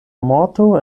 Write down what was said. morto